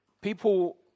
people